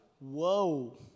whoa